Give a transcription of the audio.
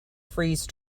freeze